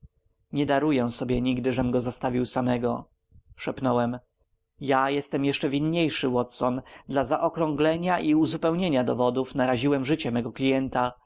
nie daruję sobie nigdy żem go zostawił samego szepnąłem ja jestem jeszcze winniejszy watson dla zaokrąglenia i uzupełnienia dowodów naraziłem życie mojego klienta